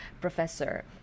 professor